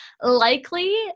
Likely